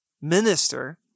minister